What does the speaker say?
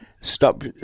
Stop